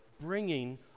bringing